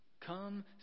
Come